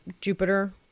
Jupiter